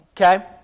Okay